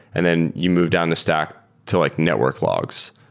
and then you move down the stack to like network logs.